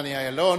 דני אילון.